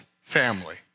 family